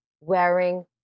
wearing